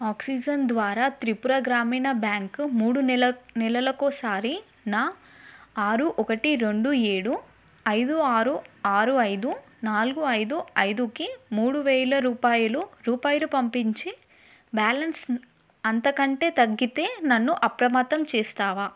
oxygen ద్వారా త్రిపుర గ్రామీణ bank మూడు నెల నెలలకోసారి నా ఆరు ఒకటి రెండు ఏడు ఐదు ఆరు ఆరు ఐదు నాలుగు ఐదు ఐదుకి మూడు వేల రూపాయలు రూపాయలు పంపించి బ్యాలెన్స్ అంతకంటే తగ్గితే నన్ను అప్రమత్తం చేస్తావా